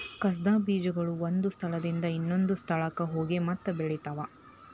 ಕಸದ ಬೇಜಗಳು ಒಂದ ಸ್ಥಳದಿಂದ ಇನ್ನೊಂದ ಸ್ಥಳಕ್ಕ ಹೋಗಿ ಮತ್ತ ಬೆಳಿತಾವ